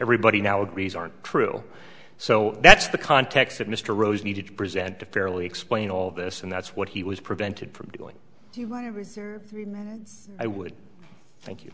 everybody now agrees aren't true so that's the context that mr rose needed to present to fairly explain all this and that's what he was prevented from doing i would thank you